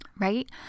Right